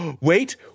Wait